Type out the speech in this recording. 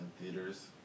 theaters